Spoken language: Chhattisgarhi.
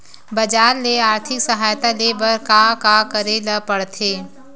बजार ले आर्थिक सहायता ले बर का का करे ल पड़थे?